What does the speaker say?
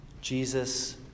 Jesus